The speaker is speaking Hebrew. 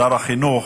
שר החינוך,